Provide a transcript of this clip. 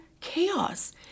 chaos